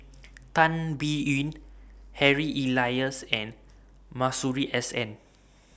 Tan Biyun Harry Elias and Masuri S N